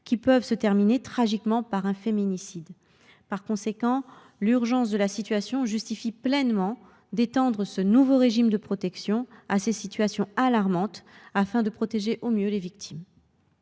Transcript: qui peut se terminer tragiquement par un féminicide. L’urgence de telles situations justifie pleinement d’étendre ce nouveau régime de protection à ces situations alarmantes afin de protéger au mieux les victimes.